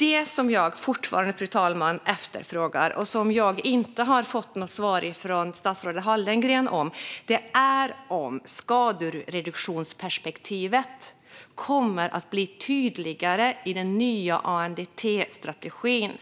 Jag har fortfarande inte fått svar från statsrådet Hallengren på om skadereduktionsperspektivet kommer att bli tydligare i den nya ANDT-strategin.